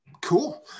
cool